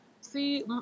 see